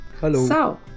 Hello